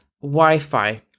Wi-Fi